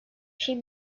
she